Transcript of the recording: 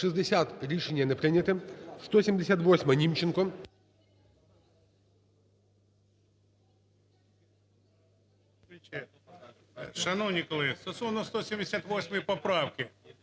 Шановні колеги, стосовно 178 поправки,